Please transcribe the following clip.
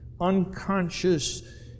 unconscious